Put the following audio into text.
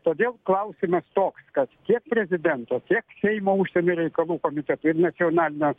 todėl klausimas toks kad tiek prezidento tiek seimo užsienio reikalų komiteto ir nacionalinio